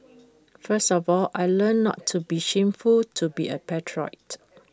first of all I learnt not to be shameful to be A patriot